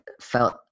felt